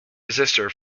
resistor